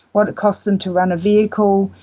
what it costs them to run a vehicle,